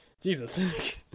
Jesus